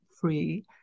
free